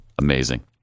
Amazing